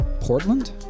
Portland